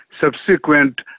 subsequent